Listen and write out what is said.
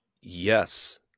Yes